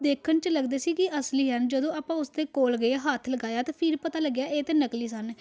ਦੇਖਣ 'ਚ ਲੱਗਦੇ ਸੀ ਕਿ ਅਸਲੀ ਹਨ ਜਦੋਂ ਆਪਾਂ ਉਸਦੇ ਕੋਲ ਗਏ ਹੱਥ ਲਗਾਇਆ ਤਾਂ ਫਿਰ ਪਤਾ ਲੱਗਿਆ ਇਹ ਤਾਂ ਨਕਲੀ ਸਨ